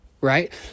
right